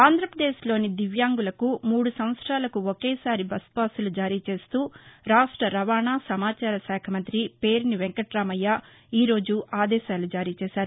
ఆంధ్రప్రదేశ్లోని దివ్యాంగులకు మూడు సంవత్సరాలకు ఒకేసారి బస్సుపాసులు జారీ చేస్తూ రాష్ట రవాణా సమాచార శాఖా మంత్రి పేరిని వెంకటామయ్య ఈ రోజు ఆదేశాలు జారీ చేసారు